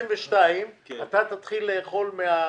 ב-2022 אתה תתחיל לאכול מהקרן,